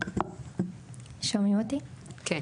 כן.